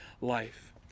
life